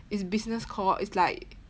it's business core it's like